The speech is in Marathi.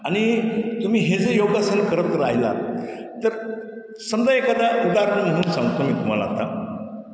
आणि तुम्ही हे जे योगासन करत राहिला तर समजा एकादा उदाहरण म्हणून सांगतो मी तुम्हाला आता